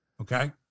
okay